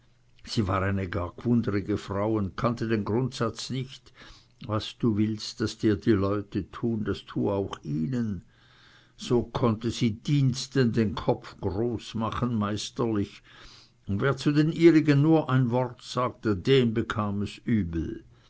sie war eine gar gwundrige frau und kannte den grundsatz nicht was du willst daß dir die leute tun das tue auch ihnen so konnte sie diensten den kopf groß machen meisterlich und wer zu den ihrigen nur ein wort sagte dem bekam es übel